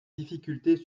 difficultés